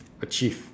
achieve